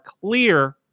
clear